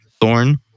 Thorn